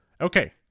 Okay